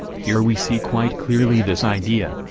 here we see quite clearly this idea,